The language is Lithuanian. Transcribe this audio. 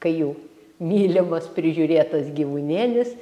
kai jų mylimas prižiūrėtas gyvūnėlis